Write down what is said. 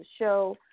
show